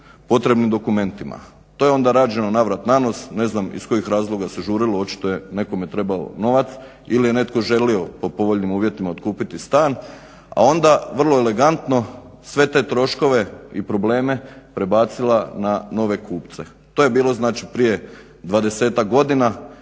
potrebnim dokumentima. To je onda rađeno na vrat, na nos, ne znam iz kojih razloga se žurilo, očito je nekome trebao novac ili je netko želio po povoljnim uvjetima otkupiti stan, a onda vrlo elegantno sve te troškove i probleme prebacila na nove kupce. To je bilo znači prije 20-ak godina